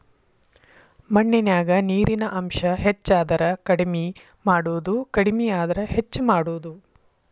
ಮಣ್ಣಿನ್ಯಾಗ ನೇರಿನ ಅಂಶ ಹೆಚಾದರ ಕಡಮಿ ಮಾಡುದು ಕಡಮಿ ಆದ್ರ ಹೆಚ್ಚ ಮಾಡುದು